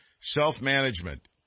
self-management